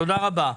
תודה רבה.